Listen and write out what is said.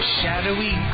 shadowy